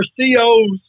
COs